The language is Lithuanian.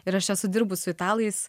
ir aš esu dirbus su italais